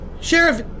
Sheriff